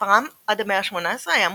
מספרם עד המאה ה-18 היה מועט,